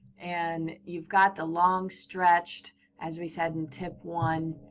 and you've got the long stretched as we said in tip one.